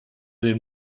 den